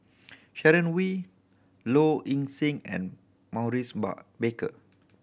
Sharon Wee Low Ing Sing and Maurice bar Baker